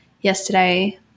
yesterday